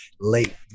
late